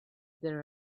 there